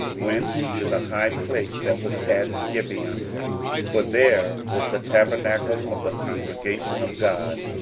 went to the high place that was at gibeon for there was the tabernacle of the congregation of god,